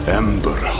ember